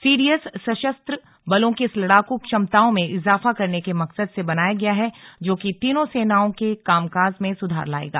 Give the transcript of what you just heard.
CDS सशस्त्र बलों की इस लड़ाकू क्षमताओं में इजाफा करने के मकसद से बनाया गया है जोकि तीनों सेनाओं के कामकाज में सुधार लायेगा